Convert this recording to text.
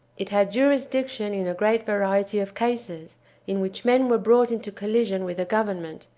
it had jurisdiction in a great variety of cases in which men were brought into collision with the government,